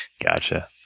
Gotcha